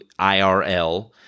IRL